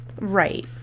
Right